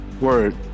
word